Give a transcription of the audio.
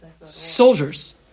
soldiers